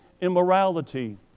immorality